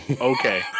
Okay